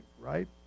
right